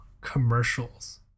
commercials